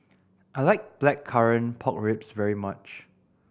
I like Blackcurrant Pork Ribs very much